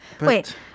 Wait